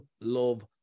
love